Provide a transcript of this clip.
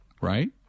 right